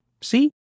See